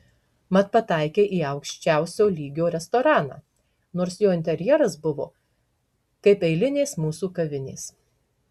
mat pataikei į aukščiausio lygio restoraną nors jo interjeras buvo kaip eilinės mūsų kavinės